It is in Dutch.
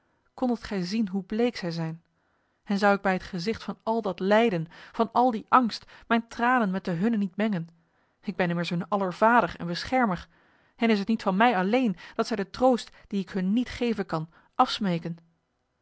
kondet gij zien hoe bleek zij zijn en zou ik bij het gezicht van al dat lijden van al die angst mijn tranen met de hunne niet mengen ik ben immers hun aller vader en beschermer en is het niet van mij alleen dat zij de troost die ik hun niet geven kan afsmeken